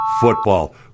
football